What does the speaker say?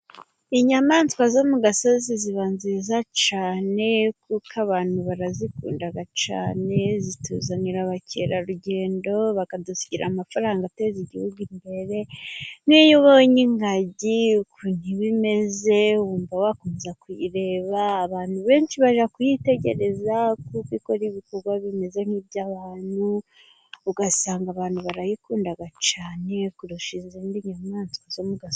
Inyamaswa zo mu gasozi ziba nziza cyane kuko abantu barazikunda cyane, zituzanira abakerarugendo bakadusigira amafaranga ateza igihugu imbere, n'iyo ubonye ingagi ukuntu iba imeze wumva wakomeza kuyireba. Abantu benshi bajya kuyitegereza kuko ikora ibikorwa bimeze nk'iby'abantu, ugasanga abantu barayikunda cyane kurusha izindi nyamaswa zo mu gasozi.